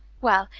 well,